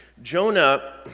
Jonah